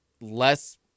less